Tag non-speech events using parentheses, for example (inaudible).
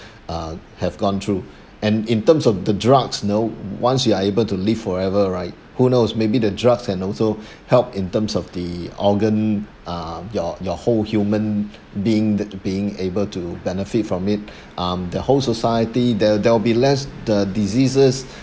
uh have gone through (breath) and in terms of the drugs you know once you are able to live forever right who knows maybe the drugs can also (breath) help in terms of the organ uh your your whole human being that being able to benefit from it (breath) um the whole society there there will be less the diseases